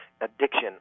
addiction